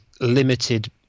limited